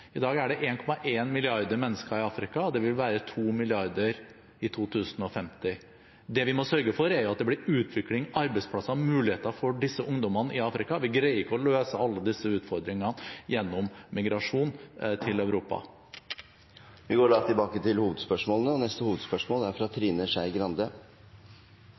I dag er det 1,1 milliarder mennesker i Afrika, og det vil være 2 milliarder i 2050. Det vi må sørge for, er at det blir utvikling, arbeidsplasser og muligheter for disse ungdommene i Afrika. Vi greier ikke å løse alle disse utfordringene gjennom migrasjon til Europa. Vi går videre til neste hovedspørsmål. Det er